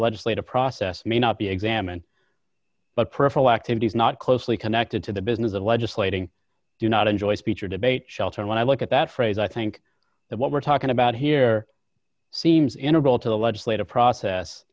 legislative process may not be examined but peripheral activities not closely connected to the business of legislating do not enjoy speech or debate shall turn when i look at that phrase i think that what we're talking about here seems integral to the legislative process